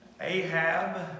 Ahab